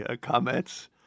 comments